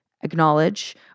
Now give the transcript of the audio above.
acknowledge